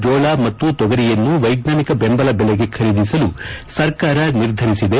ಜೋಳ ಮತ್ತು ತೊಗರಿಯನ್ನು ವೈಜ್ಞಾನಿಕ ಬೆಂಬಲ ಬೆಲೆಗೆ ಖರೀದಿಸಲು ಸರ್ಕಾರ ನಿರ್ಧರಿಸಿದೆ